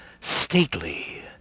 stately